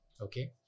Okay